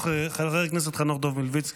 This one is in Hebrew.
חבר הכנסת חנוך דב מלביצקי,